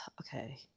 okay